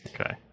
Okay